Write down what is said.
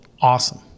Awesome